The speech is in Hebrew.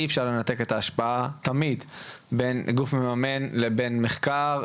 אי אפשר לנתק את ההשפעה בין גוף מממן לבין מחקר.